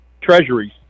treasuries